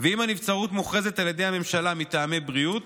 אם הנבצרות מוכרזת על ידי הממשלה מטעמי בריאות,